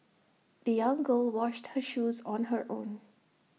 the young girl washed her shoes on her own